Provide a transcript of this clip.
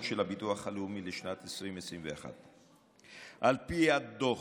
של הביטוח הלאומי לשנת 2021. על פי הדוח,